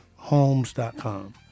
Homes.com